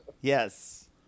Yes